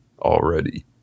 already